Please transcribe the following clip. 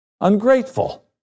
ungrateful